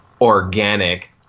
organic